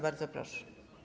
Bardzo proszę.